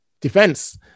defense